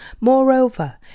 Moreover